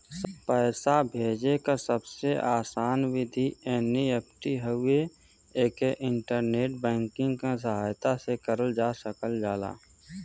पैसा भेजे क सबसे आसान विधि एन.ई.एफ.टी हउवे एके इंटरनेट बैंकिंग क सहायता से करल जा सकल जाला